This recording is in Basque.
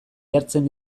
jartzen